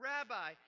Rabbi